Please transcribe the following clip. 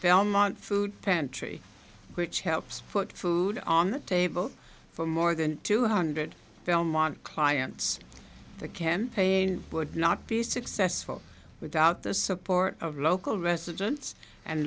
belmont food pantry which helps put food on the table for more than two hundred philmont clients the campaign would not be successful without the support of local residents and